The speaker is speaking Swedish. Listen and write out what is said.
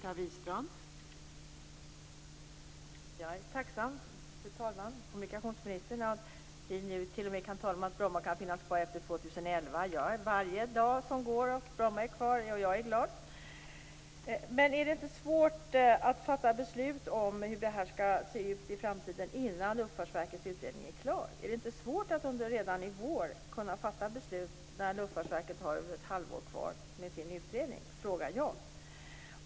Fru talman! Jag är tacksam, kommunikationsministern, för att vi t.o.m. kan tala om att Bromma kan finnas kvar efter 2011. För varje dag som går och Bromma är kvar är jag glad. Men är det inte svårt att fatta beslut om hur det här skall se ut i framtiden innan Luftfartsverkets utredning är klar? Är det inte svårt att redan i vår fatta beslut, när Luftfartsverket har ett halvår kvar på sin utredning, frågar jag?